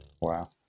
Wow